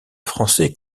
français